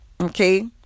Okay